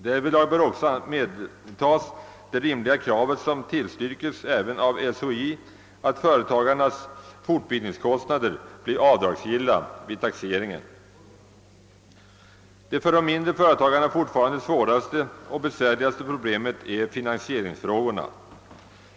Härvidlag bör då också medtas det rimliga kravet, som även tillstyrkes av SHI, att företagarnas fortbildningskostnader blir avdragsgilla vid taxeringen. Det för de mindre företagarna fortfarande svåraste problemet är finansieringsfrågorna.